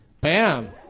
Bam